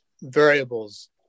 variables